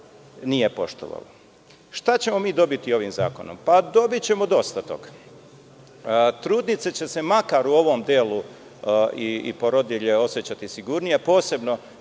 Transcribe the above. nije poštovalo. Šta ćemo mi dobiti ovim zakonom? Pa, dobićemo dosta toga. Trudnice će se makar u ovom delu i porodilje osećati sigurnije, a posebno